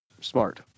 smart